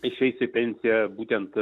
išeis į pensiją būtent